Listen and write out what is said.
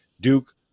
Duke